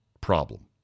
problem